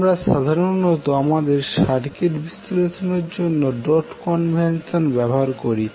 আমরা সাধারণত আমাদের সার্কিট বিশ্লেষণের জন্য ডট কনভেনশন ব্যবহার করি